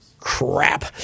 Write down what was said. crap